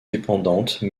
dépendante